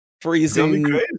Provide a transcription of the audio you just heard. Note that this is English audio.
Freezing